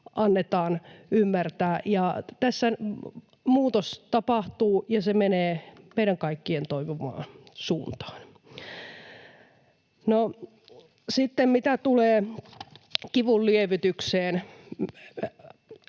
annetaan ymmärtää. Tässä muutos tapahtuu, ja se menee meidän kaikkien toivomaan suuntaan. Sitten mitä tulee kivunlievitykseen,